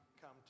come